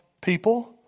people